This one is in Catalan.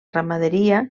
ramaderia